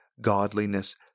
godliness